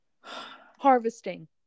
Harvesting